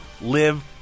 Live